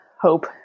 hope